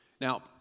Now